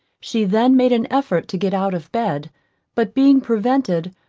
she then made an effort to get out of bed but being prevented,